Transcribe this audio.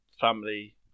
family